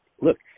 look